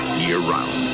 year-round